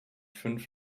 fünf